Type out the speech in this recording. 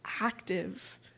active